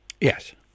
Yes